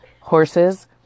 horses